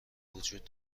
وجود